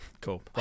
Cool